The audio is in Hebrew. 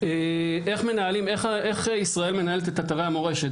איך ישראל מנהלת את אתרי המורשת?